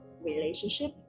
relationship